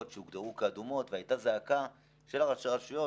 הוגדרו כאדומות והייתה זעקה של ראשי הרשויות